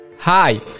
Hi